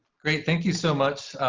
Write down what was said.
great. thank you so much,